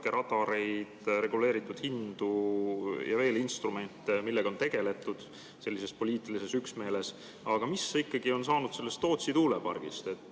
radareid, reguleeritud hindu ja veel instrumente, millega on tegeldud sellises poliitilises üksmeeles. Aga mis on ikkagi saanud Tootsi tuulepargist? Me